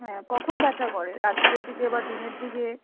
হ্যাঁ কখন ব্যাথা করে রাত্রের দিকে বা দিনের দিকে